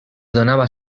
donava